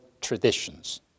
traditions